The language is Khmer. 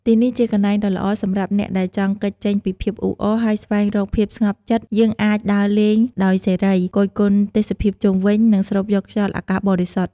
ទីនេះជាកន្លែងដ៏ល្អសម្រាប់អ្នកដែលចង់គេចចេញពីភាពអ៊ូអរ ហើយស្វែងរកភាពស្ងប់ចិត្ត យើងអាចដើរលេងដោយសេរី គយគន់ទេសភាពជុំវិញ និងស្រូបយកខ្យល់អាកាសបរិសុទ្ធ។